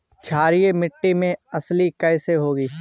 क्षारीय मिट्टी में अलसी कैसे होगी?